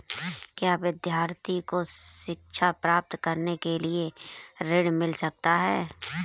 क्या विद्यार्थी को शिक्षा प्राप्त करने के लिए ऋण मिल सकता है?